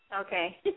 Okay